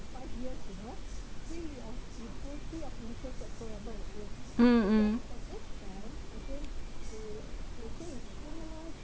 mm mm